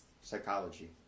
Psychology